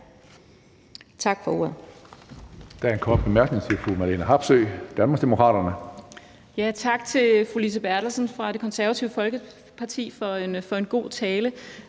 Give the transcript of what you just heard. Tak for ordet.